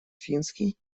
финский